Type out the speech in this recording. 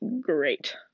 great